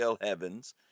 heavens